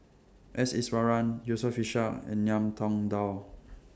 S Iswaran Yusof Ishak and Ngiam Tong Dow